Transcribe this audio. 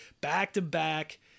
back-to-back